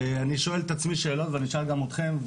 אני שואל את עצמי שאלה ואני אשאל גם אתכם,